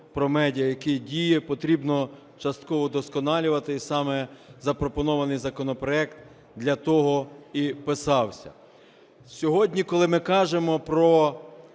"Про медіа", який діє, потрібно частково вдосконалювати, саме запропонований законопроект для того і писався. Сьогодні, коли ми кажемо про